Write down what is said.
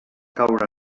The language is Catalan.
caure